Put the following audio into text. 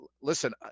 listen